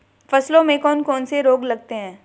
फसलों में कौन कौन से रोग लगते हैं?